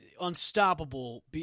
unstoppable